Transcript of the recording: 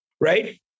right